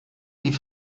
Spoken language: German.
die